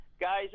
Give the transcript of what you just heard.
Guys